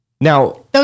Now